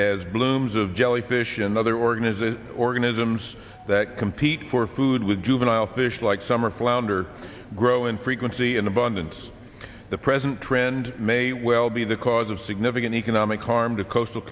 as blooms of jellyfish another organization organisms that compete for food with juvenile fish like summer flounder grow in frequency in abundance the present trend may well be the cause of significant economic harm to coastal